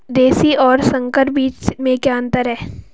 देशी और संकर बीज में क्या अंतर है?